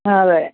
അതെ